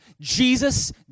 Jesus